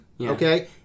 okay